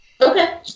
Okay